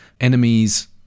Enemies